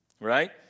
right